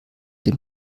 den